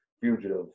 fugitive